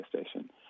Station